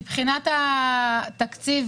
מבחינת התקציב,